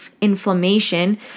inflammation